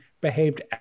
behaved